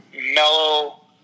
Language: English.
mellow